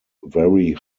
very